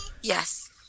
Yes